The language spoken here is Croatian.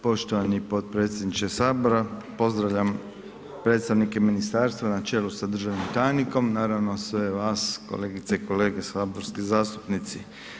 Poštovani potpredsjedniče Sabora, pozdravljam predstavnike ministarstva na čelu sa državni tajnikom, naravno i sve vas kolegice i kolege saborski zastupnici.